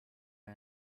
ole